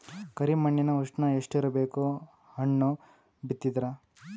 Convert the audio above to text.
ಕರಿ ಮಣ್ಣಿನ ಉಷ್ಣ ಎಷ್ಟ ಇರಬೇಕು ಹಣ್ಣು ಬಿತ್ತಿದರ?